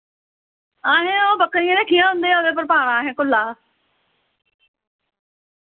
असैं ओह् बकरियां रक्खियां उं'दे ओह्दे उप्पर पाना असें कुल्ला